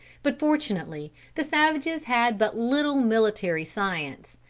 but fortunately the savages had but little military science,